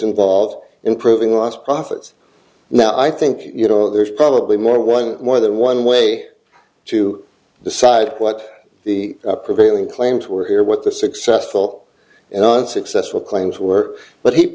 involved in proving lost profits now i think you know there's probably more one more than one way to decide what the prevailing claims were here what the successful and unsuccessful claims were but he